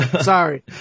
Sorry